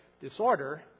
disorder